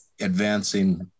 advancing